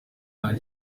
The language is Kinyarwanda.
ari